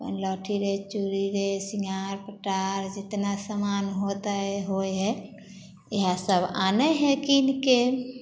अपन लहठी रे चूड़ी रे सिङ्गार पटार जितना समान होतै होइ हइ इएहसब आनै हइ कीनिके